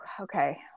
okay